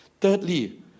Thirdly